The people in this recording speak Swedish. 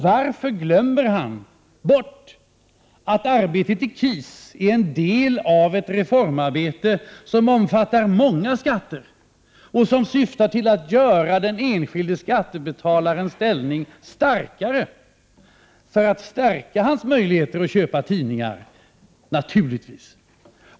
Varför glömmer han bort att arbetet i KIS är en del av ett reformarbete som omfattar många skatter och som syftar till att göra den enskilda skattebetalarens ställning starkare för att naturligtvis stärka hans möjligheter att köpa tidningar.